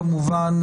כמובן,